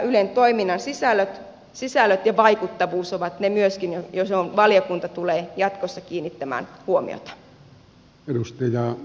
ylen toiminnan sisällöt ja vaikuttavuus ovat myöskin niitä joihin valiokunta tulee jatkossa kiinnittämään huomiota